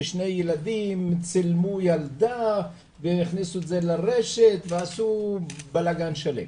ששני ילדים צילמו ילדה והכניסו את זה לרשת ועשו בלגן שלם,